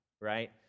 right